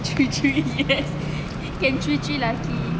three three yes can three three laki